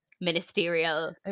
ministerial